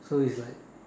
so is like